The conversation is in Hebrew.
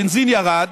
הבנזין ירד,